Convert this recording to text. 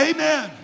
Amen